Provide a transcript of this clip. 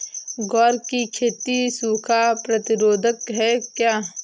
ग्वार की खेती सूखा प्रतीरोधक है क्या?